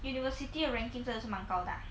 university 的 ranking 真的是蛮高的 ah